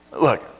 look